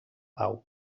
pau